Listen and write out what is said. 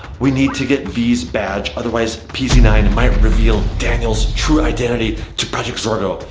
we need to get vy's badge, otherwise p z nine might reveal daniel's true identity to project zorgo.